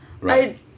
right